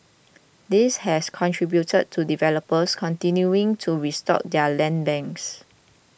this has contributed to developers continuing to restock their land banks